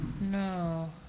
No